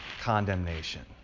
condemnation